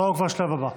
עברנו כבר לשלב הבא.